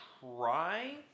try